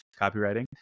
copywriting